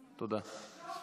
תודה.